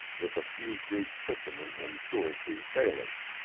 with a few greek fishermen and two or three sailors.